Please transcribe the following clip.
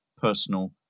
personal